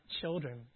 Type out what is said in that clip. children